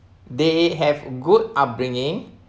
they have good upbringing